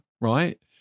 right